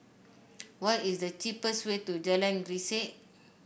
what is the cheapest way to Jalan Grisek